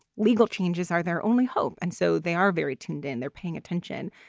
legal changes are their only hope. and so they are very tuned in. they're paying attention.